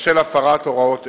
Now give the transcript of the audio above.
בשל הפרת הוראות אלו.